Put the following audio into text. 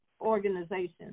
organization